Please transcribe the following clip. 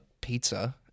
pizza